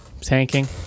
tanking